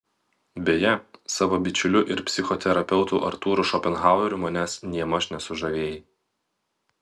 beje savo bičiuliu ir psichoterapeutu artūru šopenhaueriu manęs nėmaž nesužavėjai